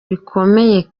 bikomeye